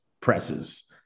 presses